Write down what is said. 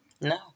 No